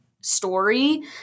story